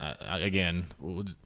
again